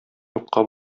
юкка